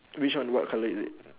which one what colour is it